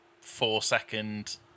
four-second